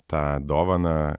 tą dovaną